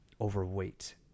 overweight